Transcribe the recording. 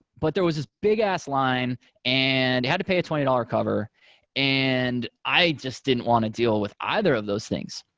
but there was this big ass line and had to pay a twenty dollars cover and i just didn't want to deal with either of those things.